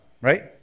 right